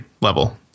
level